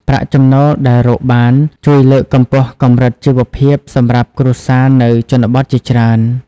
ប្រាក់ចំណូលដែលរកបាន ជួយលើកកម្ពស់កម្រិតជីវភាពសម្រាប់គ្រួសារនៅជនបទជាច្រើន។